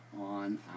on